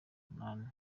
umunani